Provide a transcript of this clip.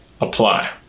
apply